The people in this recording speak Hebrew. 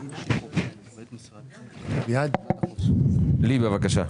לי, בבקשה.